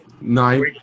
nine